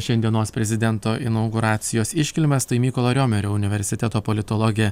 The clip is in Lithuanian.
šiandienos prezidento inauguracijos iškilmes tai mykolo riomerio universiteto politologė